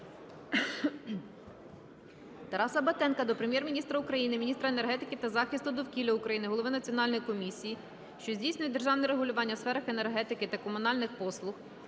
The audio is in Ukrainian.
Тараса Батенка до Прем'єр-міністра України, міністра енергетики та захисту довкілля України, голови Національної комісії, що здійснює державне регулювання у сферах енергетики та комунальних послуг,